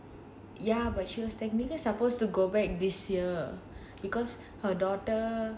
ya but she was technically supposed to go back this year because her daughter